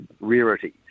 rarity